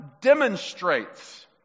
demonstrates